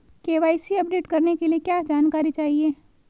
KYC update करने के लिए क्या जानकारी चाहिए?